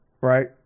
Right